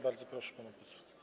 Bardzo proszę pana posła.